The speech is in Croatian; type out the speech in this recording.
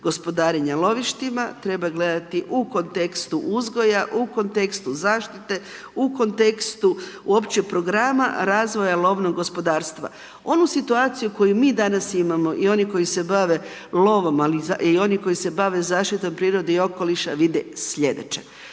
gospodarenja lovištima, treba gledati u kontekstu uzgoja, u kontekstu zaštite, u kontekstu uopće programa razvoja lovnog gospodarstva. Onu situaciju koju mi danas imamo, i oni koji se bave lovom i oni koji se bave zaštitom prirode i okoliša vide sljedeće,